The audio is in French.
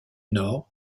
nord